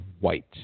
White